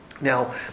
Now